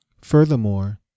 Furthermore